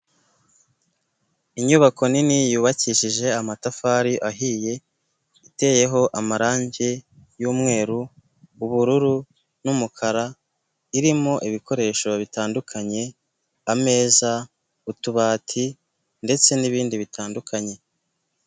Inyubako nini yubakishije amatafari ahiye iteyeho amarangi y'umweru, ubururu n'umukara. Irimo ibikoresho bitandukanye ameza, utubati, ndetse n'ibindi bitandukanye.